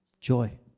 joy